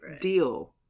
deal